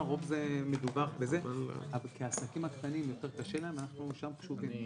זה מדווח כי לעסקים הקטנים יותר קשה ואנחנו --- ערן,